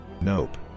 Nope